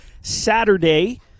saturday